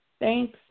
thanks